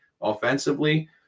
offensively